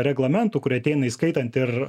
reglamentų kurie ateina įskaitant ir